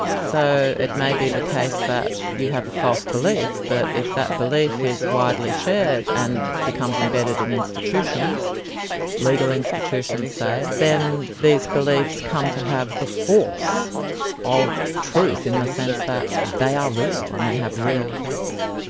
so it may be the case that you have a false belief, but if that belief is widely shared and becomes embedded in institutions legal institutions say then these beliefs come to have the force of truth, in the sense that they are real and they have real effects.